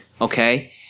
okay